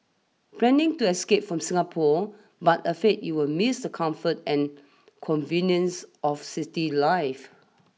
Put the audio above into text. planning to escape from Singapore but afraid you will miss the comfort and conveniences of city life